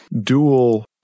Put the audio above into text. dual